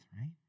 right